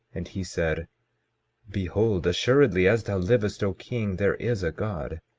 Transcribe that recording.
and he said behold, assuredly as thou livest, o king, there is a god.